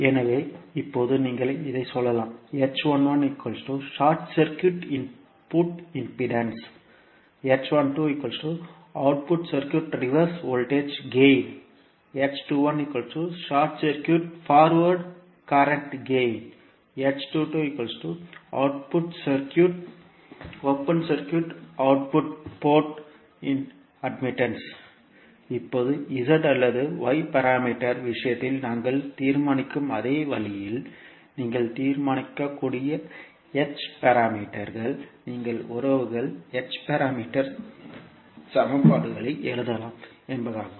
எனவே இப்போது நீங்கள் இதைச் சொல்லலாம் • short circuit input impedance • open circuit reverse voltage gain • short circuit forward current gain • open circuit output admittance இப்போது z அல்லது y பாராமீட்டர்கள் விஷயத்தில் நாங்கள் தீர்மானிக்கும் அதே வழியில் நீங்கள் தீர்மானிக்கக்கூடிய h பாராமீட்டர்கள் நீங்கள் உறவுகள் h பாராமீட்டர் சமன்பாடுகளை எழுதலாம் என்பதாகும்